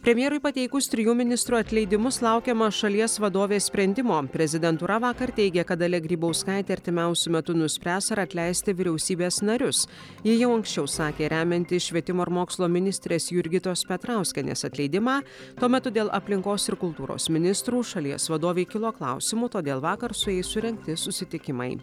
premjerui pateikus trijų ministrų atleidimus laukiama šalies vadovės sprendimo prezidentūra vakar teigė kad dalia grybauskaitė artimiausiu metu nuspręs ar atleisti vyriausybės narius ji jau anksčiau sakė remianti švietimo ir mokslo ministrės jurgitos petrauskienės atleidimą tuo metu dėl aplinkos ir kultūros ministrų šalies vadovei kilo klausimų todėl vakar su jais surengti susitikimai